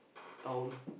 town